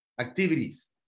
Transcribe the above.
activities